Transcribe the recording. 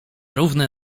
równe